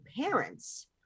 parents